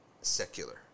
secular